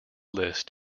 list